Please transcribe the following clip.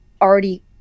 already